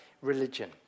religion